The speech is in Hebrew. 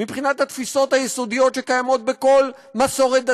מבחינת התפיסות היסודיות שקיימות בכל מסורת דתית,